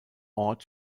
ort